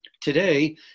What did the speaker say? Today